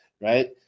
right